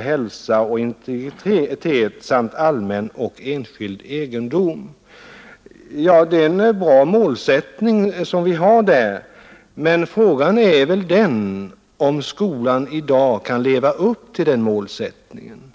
hälsa och integritet samt allmän och enskild egendom”. Ja, det är en bra målsättning, men frågan är även där om skolan i dag kan leva upp till den målsättningen.